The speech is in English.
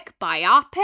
biopic